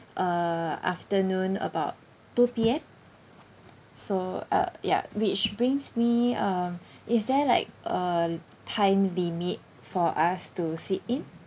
uh afternoon about two P_M so uh ya which brings me uh is there like a time limit for us to sit in